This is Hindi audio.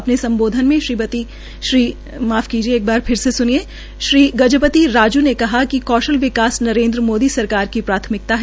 अपने सम्बोधन में श्री गजपति राजू ने कहा कि कौशल विकास नरेन्द्र मोदी सरकार की प्राथमिकता है